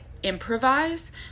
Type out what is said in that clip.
improvise